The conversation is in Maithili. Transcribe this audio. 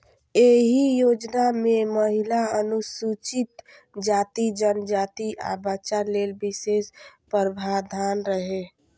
एहि योजना मे महिला, अनुसूचित जाति, जनजाति, आ बच्चा लेल विशेष प्रावधान रहै